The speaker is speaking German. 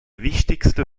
wichtigste